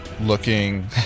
looking